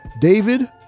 David